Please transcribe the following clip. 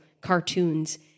cartoons